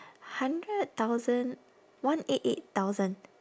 hundred thousand one eight eight thousand